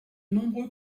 nombreux